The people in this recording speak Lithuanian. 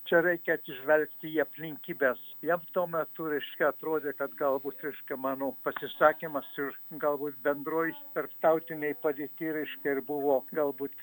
čia reikia atsižvelgti į aplinkybes jam tuo metu reiškia atrodė kad galbūt reiškia mano pasisakymas ir galbūt bendroj tarptautinėj padėty reiškia ir buvo galbūt